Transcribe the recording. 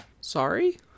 sorry